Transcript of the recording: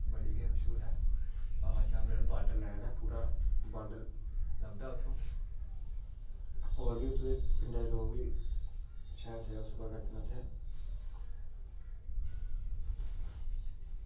बड़ी गै मश्हूर ऐ बाबा चाम्बलियाल पूरा बॉर्डर लेन ऐ बॉर्डर लभदा उत्थुं होर बी पिंडे दे लोग बी शैल सेवा करदे न उत्थै